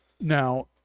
now